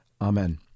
Amen